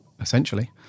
essentially